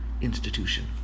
institution